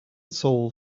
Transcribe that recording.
soul